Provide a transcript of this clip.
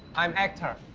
i'm actor.